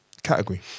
Category